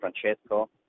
Francesco